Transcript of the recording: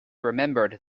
remembered